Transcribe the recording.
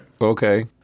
Okay